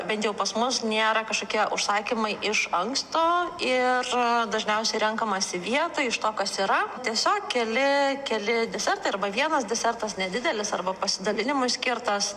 bent jau pas mus nėra kažkokie užsakymai iš anksto ir dažniausiai renkamasi vietoj iš to kas yra tiesiog keli keli desertai arba vienas desertas nedidelis arba pasidalinimui skirtas